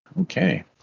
Okay